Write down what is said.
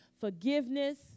forgiveness